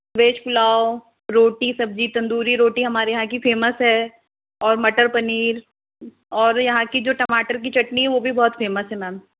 veg pulao रोटी सब्जी तंदूरी रोटी हमारे यहाँ की फेमस है और मटर पनीर और यहाँ की जो टमाटर की चटनी वो भी बहुत फेमस है मैम